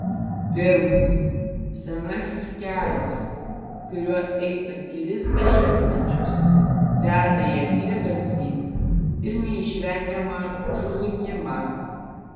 pirmas senasis kelias kuriuo eita kelis dešimtmečius veda į akligatvį ir neišvengiamą žlugimą